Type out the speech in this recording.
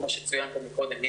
כמו שצוין כאן קודם.